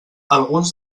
alguns